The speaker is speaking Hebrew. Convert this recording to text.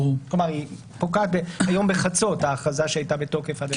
כלומר היא פוקעת היום בחצות ההכרזה שהייתה בתוקף עד היום.